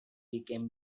became